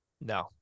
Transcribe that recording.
no